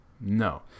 No